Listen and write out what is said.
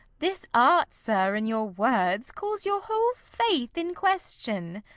this art, sir, in your words, calls your whole faith in question.